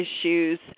issues